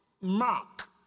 Mark